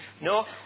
No